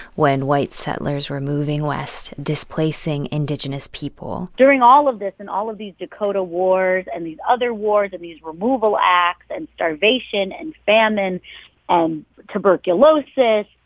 when white settlers were moving west, displacing indigenous people during all of this and all of these dakota wars and these other wars and these removal acts and starvation and famine and um tuberculosis,